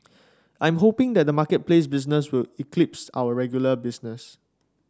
I am hoping that the marketplace business will eclipse our regular business